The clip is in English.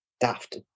daft